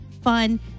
fun